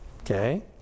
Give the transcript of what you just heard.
okay